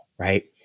Right